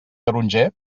taronger